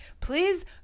Please